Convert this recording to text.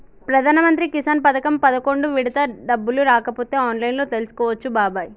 ప్రధానమంత్రి కిసాన్ పథకం పదకొండు విడత డబ్బులు రాకపోతే ఆన్లైన్లో తెలుసుకోవచ్చు బాబాయి